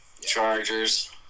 Chargers